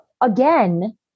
Again